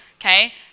okay